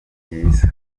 byiza